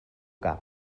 cap